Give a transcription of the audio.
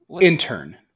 intern